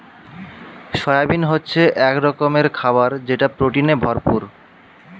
soybean হচ্ছে এক রকমের খাবার যেটা প্রোটিনে ভরপুর